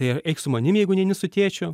tai ar eik su manim jeigu neini su tėčiu